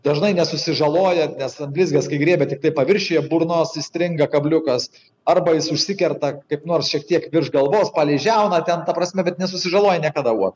dažnai nesusižaloja nes ant blizgės griebia tiktai paviršiuje burnos įstringa kabliukas arba jis užsikerta kaip nors šiek tiek virš galvos palei žiauną ten ta prasme bet nesusižaloja niekada uotas